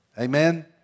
Amen